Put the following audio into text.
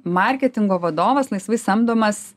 marketingo vadovas laisvai samdomas